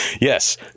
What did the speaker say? Yes